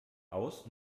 aus